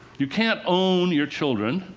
you can't own your children.